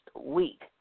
week